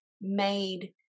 made